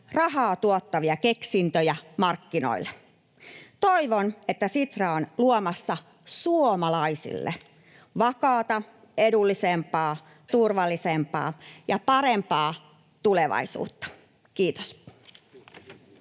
rahaa tuottavia keksintöjä markkinoille. Toivon, että Sitra on luomassa suomalaisille vakaata, edullisempaa, turvallisempaa ja parempaa tulevaisuutta. — Kiitos.